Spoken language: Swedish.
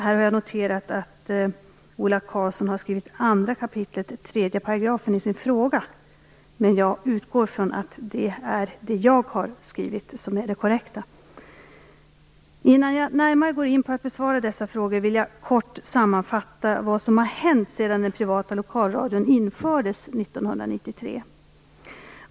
Jag har noterat att Ola Karlsson har skrivit 2 kap. 3 § i sin fråga, men jag utgår från att det korrekta är det som jag har skrivit i mitt svar. Innan jag närmare går in på att besvara dessa frågor vill jag kort sammanfatta vad som har hänt sedan den privata lokalradion infördes 1993.